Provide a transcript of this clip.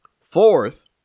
Fourth